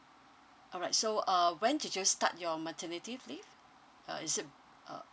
alright so uh when did you start your maternity leave uh is it uh